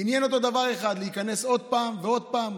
עניין אותו דבר אחד: להיכנס עוד פעם ועוד פעם.